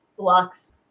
Blocks